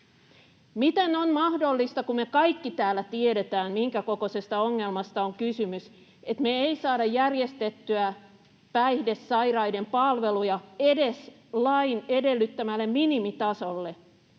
Miten on mahdollista, kun me kaikki täällä tiedetään, minkä kokoisesta ongelmasta on kysymys, että me ei saada järjestettyä päihdesairaiden palveluja edes lain edellyttämälle minimitasolle?